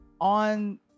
on